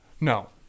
No